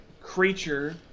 creature